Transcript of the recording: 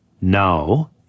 now